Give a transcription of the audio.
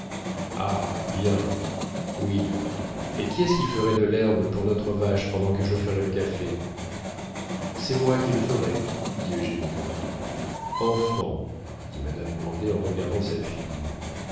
ah bien oui et qui est-ce qui ferait de l'herbe pour notre vache pendant que je ferais le café c'est moi qui le ferai dit eugénie enfant dit madame grandet en regardant sa fille